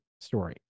story